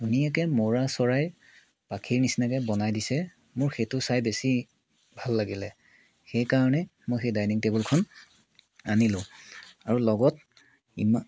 ধুনীয়াকৈ মৌৰাচৰাইৰ পাখিৰ নিচিনাকৈ বনাই দিছে মোৰ সেইটো চাই বেছি ভাল লাগিলে সেইকাৰণে মই সেই ডাইনিং টেবুলখন আনিলোঁ আৰু লগত ইমান